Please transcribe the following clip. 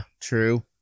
true